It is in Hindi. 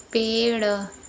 पेड़